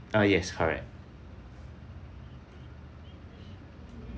ah yes correct